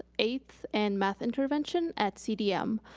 eighth and math intervention at cdm.